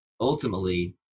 ultimately